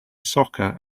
soccer